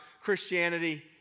Christianity